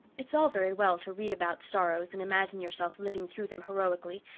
it's all very well to read about sorrows and imagine yourself living through them heroically,